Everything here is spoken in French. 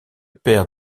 père